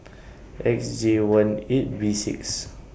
X J one eight B six